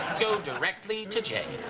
go directly to jail.